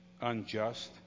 unjust